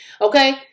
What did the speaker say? Okay